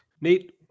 Nate